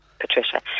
Patricia